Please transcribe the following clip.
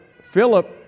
Philip